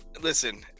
Listen